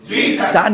Jesus